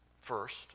First